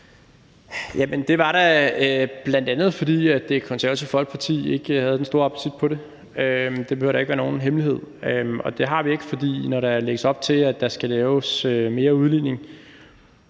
det var da, bl.a. fordi Det Konservative Folkeparti ikke havde den store appetit på det – det behøver da ikke at være nogen hemmelighed – og det har vi ikke, for når der lægges op til, at der skal laves mere udligning